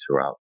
throughout